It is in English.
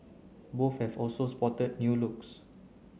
both have also spotted new looks